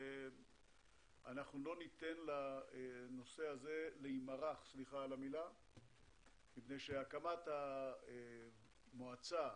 לא ניתן לנושא הזה להימרח כדי שהקמת המועצה,